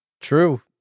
True